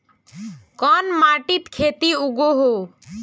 कोन माटित खेती उगोहो?